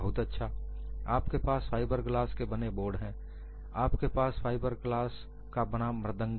बहुत अच्छा आपके पास फाइबरग्लास के बने बोर्ड हैं आपके पास फाइबर ग्लास का बना मृदंगम है